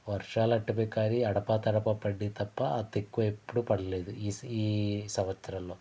వర్షాలంటామే కానీ అడపా దడపా పడినియి తప్ప అంత ఎక్కువ ఎప్పుడు పడలేదు ఈ స ఈ సంవత్సరంలో